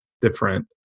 different